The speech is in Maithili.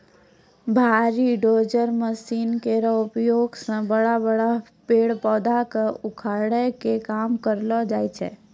भारी डोजर मसीन केरो उपयोग सें बड़ा बड़ा पेड़ पौधा क उखाड़े के काम करलो जाय छै